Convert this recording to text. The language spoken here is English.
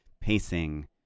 pacing